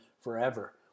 forever